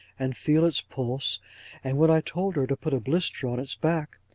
and feel its pulse and when i told her to put a blister on its back,